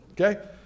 Okay